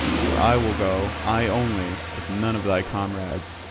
for i will go, i only, with none of thy comrades,